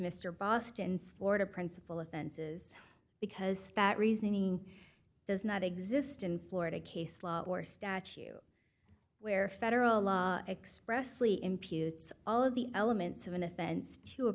mr bostons florida principal offenses because that reasoning does not exist in florida case law or statue where federal law expressly imputes all of the elements of an offense to a